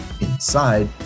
inside